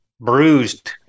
bruised